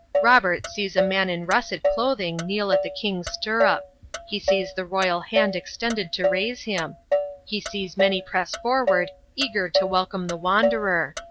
robert sees a man in russet clothing kneel at the king's stirrup he sees the royal hand extended to raise him he sees many press forward eager to welcome the wanderer.